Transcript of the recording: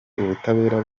ubutabera